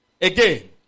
again